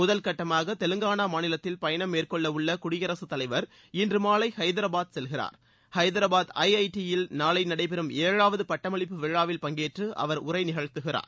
முதல் கட்டமாக தெலங்கானா மாநிலத்தில் பயணம் மேற்கொள்ளவுள்ள குடியரசுத் தலைவர் இன்று மாலை ஹைதராபாத் செல்கிறார் ஹைதராபாத் ஐஐடியில் நாளை நடைபெறம் ஏழாவது பட்டமளிப்பு விழாவில் பங்கேற்று அவர் உரை நிகழ்த்துகிறார்